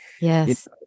Yes